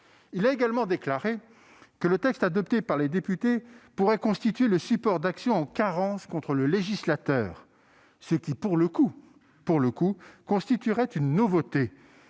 Il a également déclaré que le texte adopté par les députés pourrait constituer « le support d'actions en carence contre le législateur », ce qui, pour le coup, constituerait une nouveauté,